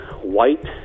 white